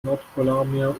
nordpolarmeer